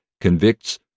convicts